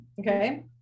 Okay